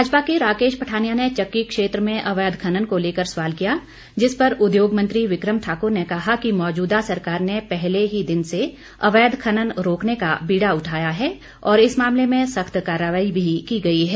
भाजपा के राकेश पठानिया ने चक्की क्षेत्र में अवैध खनन को लेकर सवाल किया जिस पर उद्योग मंत्री विक्रम ठाकुर ने कहा कि मौजूदा सरकार ने पहले ही दिन से अवैध खनन रोकने का बीड़ा उठाया है और इस मामले में सख्त कार्रवाई भी की गई है